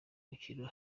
mukino